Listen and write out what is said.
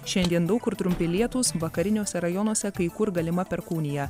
šiandien daug kur trumpi lietūs vakariniuose rajonuose kai kur galima perkūnija